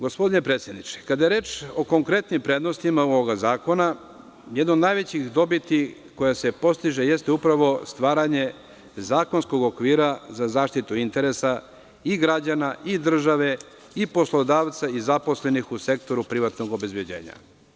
Gospodine predsedniče, kada je reč o konkretnim prednostima ovog zakona, jedna od najvećih dobiti koja se postiže jeste stvaranje zakonskog okvira za zaštitu interesa i građana i države i poslodavca i zaposlenih u sektoru privatnog obezbeđenja.